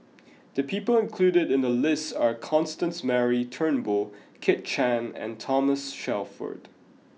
the people included in the list are Constance Mary Turnbull Kit Chan and Thomas Shelford